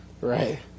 Right